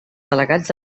delegats